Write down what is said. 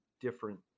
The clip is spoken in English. different